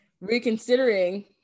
reconsidering